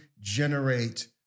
generate